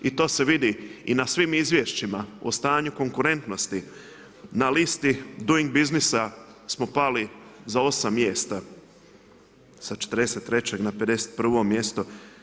I to se vidi i na svim izvješćima o stanju konkurentnosti, na listi dooing biznisa smo pali za 8 mjesta sa 53 na 51 mjesto.